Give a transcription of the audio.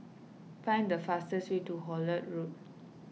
find the fastest way to Hullet Road